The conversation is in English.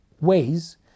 ways